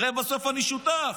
הרי בסוף אני שותף.